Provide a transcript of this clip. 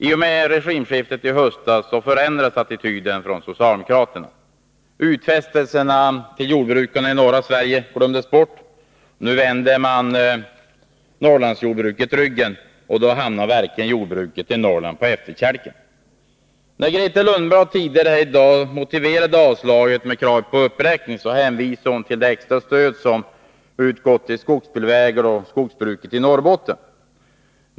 I och med regimskiftet i höstas förändrades attityden från socialdemokraterna. Utfästelserna till jordbrukarna i norra Sverige glömdes bort. Nu vänder man Norrlandsjordbruket ryggen. Då hamnar verkligen jordbruket i Norrland på efterkälken. När Grethe Lundblad tidigare i dag motiverade avslaget på kravet om uppräkning, hänvisade hon till det extra stöd som utgår till skogsbilvägar och skogsbruk i Norrbotten.